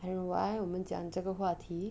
I don't know why 我们讲这个话题